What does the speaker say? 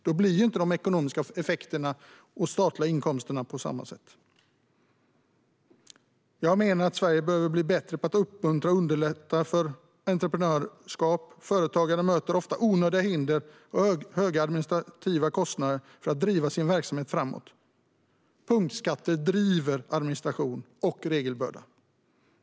Då blir inte de ekonomiska effekterna och statliga inkomsterna vad man trott. Sverige behöver bli bättre på att uppmuntra och underlätta entreprenörskap. Företagare möter ofta onödiga hinder och höga administrativa kostnader för att driva sin verksamhet framåt. Punktskatter driver administration och regelbörda.